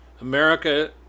America